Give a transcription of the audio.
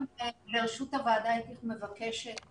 ברשות הוועדה, הייתי מבקשת